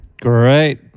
great